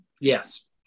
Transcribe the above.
yes